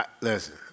Listen